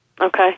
okay